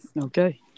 Okay